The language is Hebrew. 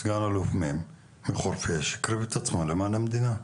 סגן אלוף מ' מחורפיש הקריב את עצמו למען המדינה,